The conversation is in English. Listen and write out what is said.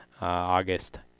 August